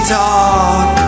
talk